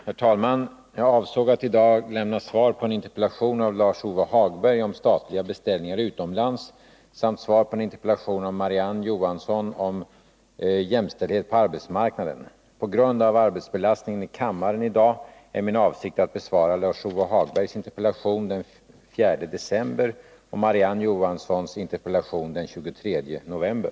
Herr talman! Jag avsåg att i dag lämna svar på en interpellation av Lars-Ove Hagberg om statliga beställningar utomlands samt svar på en interpellation av Marie-Ann Johansson om jämställdheten på arbetsmarknaden. På grund av arbetsbelastningen i kammaren i dag är min avsikt att besvara Lars-Ove Hagbergs interpellation den 4 december och Marie-Ann Johanssons interpellation den 23 november.